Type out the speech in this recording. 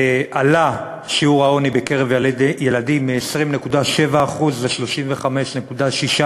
עלה שיעור העוני בקרב ילדים מ-20.7% ל-35.6%